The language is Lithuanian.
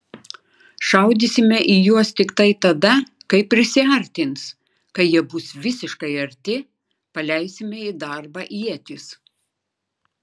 šaudysime į juos tiktai tada kai prisiartins kai jie bus visiškai arti paleisime į darbą ietis